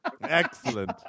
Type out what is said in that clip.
Excellent